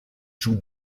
joue